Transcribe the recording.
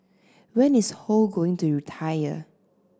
when is Ho going to retire